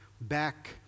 back